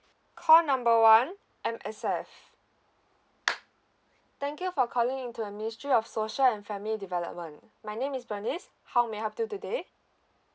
call number one M_S_F thank you for calling into the ministry of social and family development my name is bernice how may I help you today